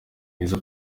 mwiza